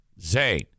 Zane